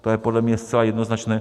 To je podle mě zcela jednoznačné.